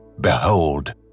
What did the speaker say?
Behold